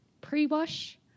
pre-wash